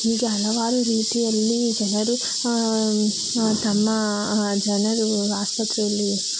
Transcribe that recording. ಹೀಗೆ ಹಲವಾರು ರೀತಿಯಲ್ಲಿ ಜನರು ತಮ್ಮ ಜನರು ಆಸ್ಪತ್ರೆಯಲ್ಲಿ